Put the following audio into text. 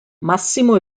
massimo